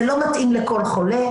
זה לא מתאים לכל חולה,